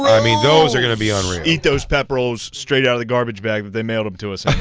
i mean those are gonna be unreal. eat those pep rolls straight out of the garbage bag that they mailed them to us ah